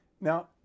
Now